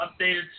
updated